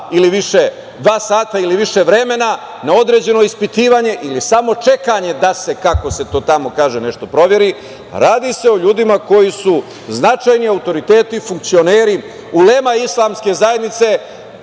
najmanje dva sata ili više vremena, na određeno ispitivanje ili samo čekanje da se, kako se to tamo kaže, nešto proveri. Radi se o ljudima koji su značajni autoriteti, funkcioneri, ulema islamske zajednice. Ono